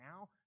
now